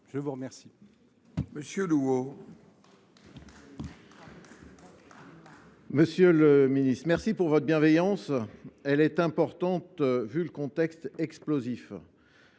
je vous remercie